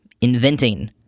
inventing